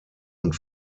und